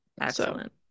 Excellent